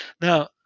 Now